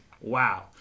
Wow